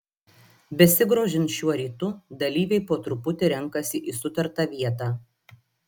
besigrožint šiuo rytu dalyviai po truputį renkasi į sutartą vietą